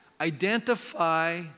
Identify